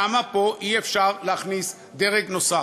למה פה אי-אפשר להכניס דרג נוסף?